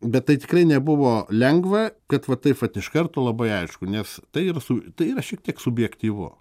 bet tai tikrai nebuvo lengva kad va taip vat iš karto labai aišku nes tai ir su tai yra šiek tiek subjektyvu